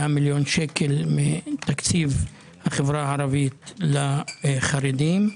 מיליון שקל מתקציב החברה הערבית לחרדים,